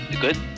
Good